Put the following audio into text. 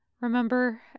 remember